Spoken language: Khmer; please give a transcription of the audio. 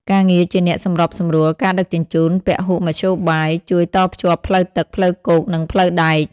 ការងារជាអ្នកសម្របសម្រួលការដឹកជញ្ជូនពហុមធ្យោបាយ ជួយតភ្ជាប់ផ្លូវទឹក ផ្លូវគោក និងផ្លូវដែក។